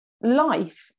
life